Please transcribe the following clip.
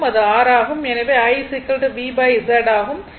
எனவே I V Z ஆகும்